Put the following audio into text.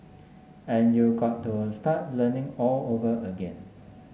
and you got to start learning all over again